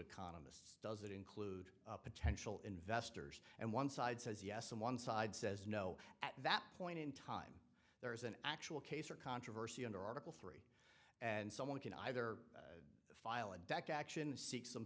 economists does it include potential investors and one side says yes and one side says no at that point in time there is an actual case or controversy under article three and someone can either file a deck action seek some